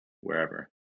wherever